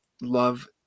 love